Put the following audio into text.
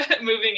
moving